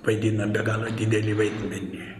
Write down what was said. vaidina be galo didelį vaidmenį